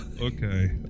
Okay